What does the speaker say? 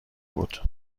بود